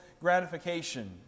gratification